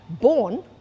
born